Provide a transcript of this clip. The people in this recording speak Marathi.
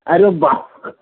अरे बाप